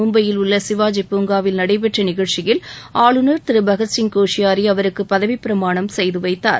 மும்பையில் உள்ள சிவாஜி பூங்காவில் நடைபெற்ற நிகழ்ச்சியில் ஆளுநர் திரு பகத்சிங் கோஷியாரி அவருக்கு பதவிப்பிரமாணம் செய்து வைத்தார்